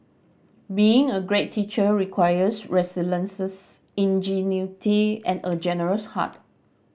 being a great teacher requires ingenuity and a generous heart